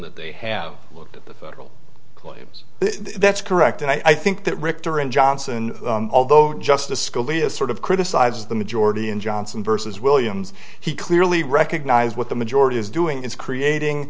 that they have looked at the federal claims that's correct and i think that richter and johnson although justice scalia sort of criticize the majority in johnson versus williams he clearly recognize what the majority is doing is creating